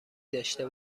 داشته